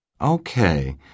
Okay